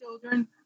children